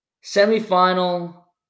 Semi-final